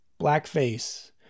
Blackface